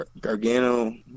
Gargano